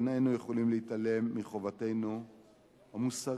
איננו יכולים להתעלם מחובתנו המוסרית,